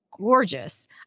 gorgeous